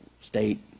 state